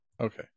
okay